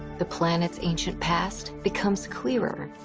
the planet's ancient past becomes clearer,